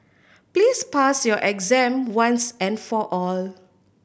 please pass your exam once and for all